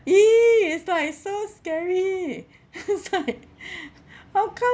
!ee! it's like so scary it's like how come